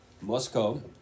Moscow